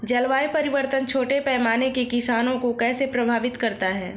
जलवायु परिवर्तन छोटे पैमाने के किसानों को कैसे प्रभावित करता है?